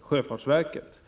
sjöfartsverket.